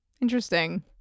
Interesting